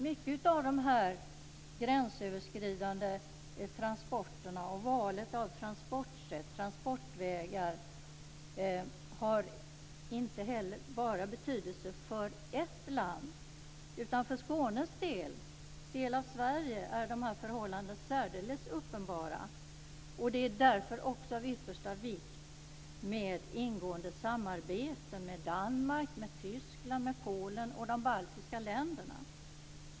Mycket av det här med gränsöverskridande transporter och val av transportsätt, transportvägar, har inte heller bara betydelse för ett land. För Skåne, en del av Sverige, är de här förhållandena särdeles uppenbara. Det är därför också av yttersta vikt med ingående samarbete med Danmark, Tyskland, Polen och de baltiska länderna.